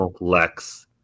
Lex